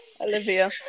Olivia